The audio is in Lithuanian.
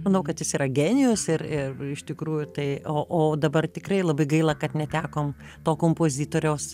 manau kad jis yra genijus ir ir iš tikrųjų tai o o dabar tikrai labai gaila kad netekom to kompozitoriaus